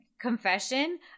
confession